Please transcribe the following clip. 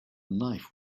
knife